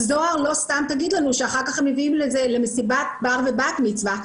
אז זוהר לא סתם תגיד לנו שאחר כך הם מביאים את זה למסיבת בר ובת מצווה.